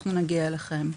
אנחנו נגיע אליכם.